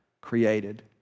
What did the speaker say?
created